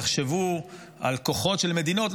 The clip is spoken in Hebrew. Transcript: תחשבו על כוחות של מדינות.